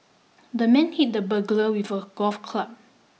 the man hit the burglar with a golf club